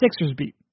SixersBeat